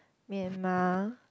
Myanmar